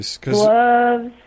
gloves